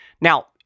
Now